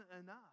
enough